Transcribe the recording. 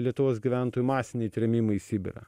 lietuvos gyventojų masiniai trėmimai į sibirą